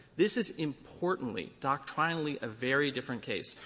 this is importantly, doctrinally a very different case.